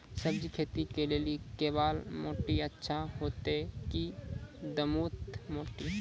सब्जी खेती के लेली केवाल माटी अच्छा होते की दोमट माटी?